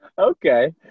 okay